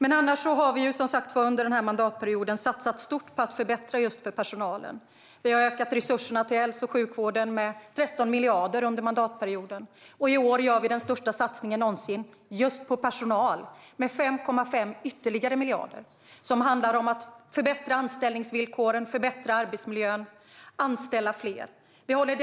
Annars har vi under den här mandatperioden satsat stort på att förbättra just för personalen. Vi har ökat resurserna till hälso och sjukvården med 13 miljarder under mandatperioden. I år gör vi den största satsningen någonsin just på personal med ytterligare 5,5 miljarder för att förbättra anställningsvillkoren, förbättra arbetsmiljön och anställa fler.